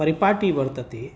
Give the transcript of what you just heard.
परिपाटिः वर्तते